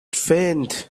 faint